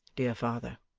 dear father